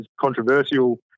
controversial